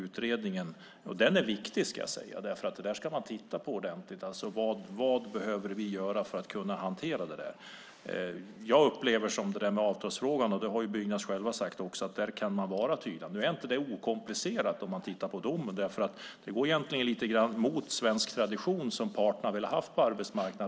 Utredningen är viktig, för det där ska man titta på ordentligt. Vad behöver vi göra för att kunna hantera det där? I avtalsfrågan har också Byggnads själva sagt att man kan vara tydlig. Nu är det inte okomplicerat om man tittar på domen. Det går egentligen lite grann emot den svenska tradition som parterna har velat ha på arbetsmarknaden.